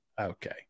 Okay